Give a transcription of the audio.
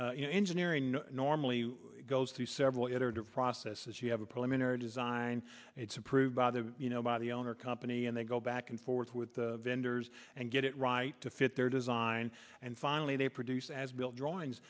take engineering normally goes through several processes you have a preliminary design it's approved by the you know by the owner company and they go back and forth with the vendors and get it right to fit their design and finally they produce as bill drawings